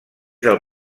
del